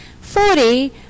Forty